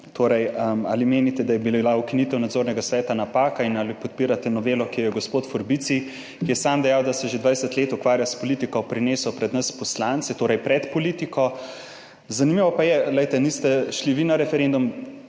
torej ali menite, da je bila ukinitev Nadzornega sveta napaka in ali podpirate novelo, ki jo je gospod Forbici, ki je sam dejal, da se že 20 let ukvarja s politiko, prinesel pred nas poslance, torej pred politiko. Zanimivo pa je, glejte, niste šli vi na referendum,